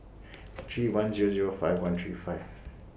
three one Zero Zero five one three five